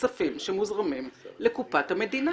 ככספים שמוזרמים לקופת המדינה?